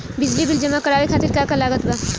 बिजली बिल जमा करावे खातिर का का लागत बा?